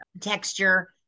texture